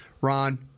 Ron